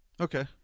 Okay